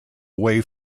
away